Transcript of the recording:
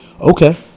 Okay